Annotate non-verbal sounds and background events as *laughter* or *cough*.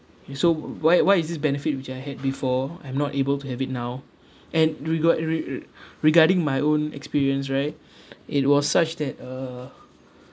if so why why is this benefit which I had before I'm not able to have it now and regard re~ r~ regarding my own experience right *breath* it was such that uh